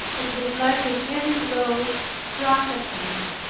it was like a heavy blow struck at me,